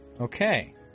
Okay